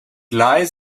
lies